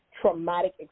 traumatic